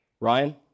Ryan